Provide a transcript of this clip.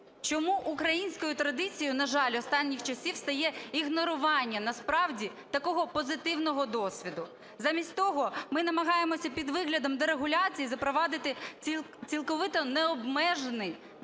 Чому українською традицією, на жаль, останніх часів стає ігнорування насправді такого позитивного досвіду? Замість того ми намагаємося під виглядом дерегуляції запровадити цілковито необмежений ринок